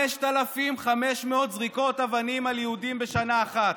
5,500 זריקות אבנים על יהודים בשנה אחת.